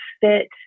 fit